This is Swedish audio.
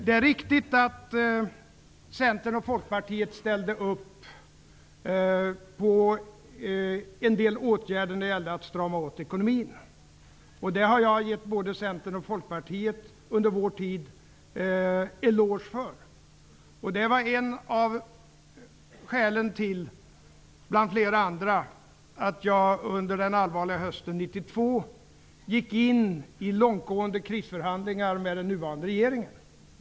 Det är riktigt att Centern och Folkpartiet ställde upp på en del åtgärder för att strama åt ekonomin. Det har jag under vår tid gett både Centern och Folkpartiet eloge för. Det var ett skäl bland flera andra till att jag under den allvarliga hösten 1992 gick in i långtgående krisförhandlingar med den nuvarande regeringen.